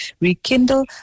rekindle